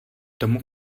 tomu